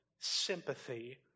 sympathy